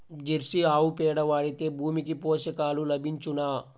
Jersey ఆవు పేడ వాడితే భూమికి పోషకాలు లభించునా?